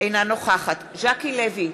אינה נוכחת ז'קי לוי,